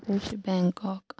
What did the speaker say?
بیٚیہِ چھُ بینٛکاک